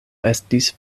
estis